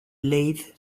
lathe